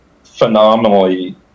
phenomenally